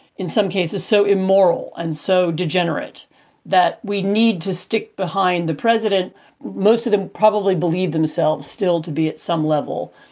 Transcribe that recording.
in some cases so immoral and so degenerate that we need to stick behind the president most of them probably believe themselves still to be at some level,